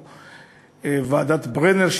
או לוועדת ברנר,